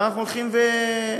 ואנחנו הולכים ומתים,